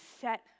set